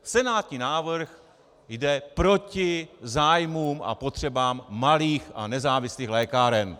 Senátní návrh jde proti zájmům a potřebám malých a nezávislých lékáren.